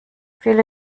viele